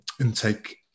intake